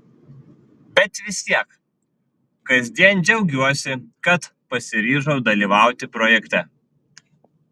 bet vis tiek kasdien džiaugiuosi kad pasiryžau dalyvauti projekte